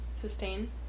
sustain